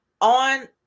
on